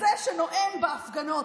כזה שנואם בהפגנות.